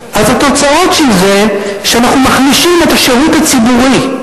אז התוצאות של זה שאנחנו מחלישים את השירות הציבורי.